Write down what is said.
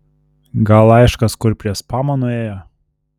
gal laiškas kur prie spamo nuėjo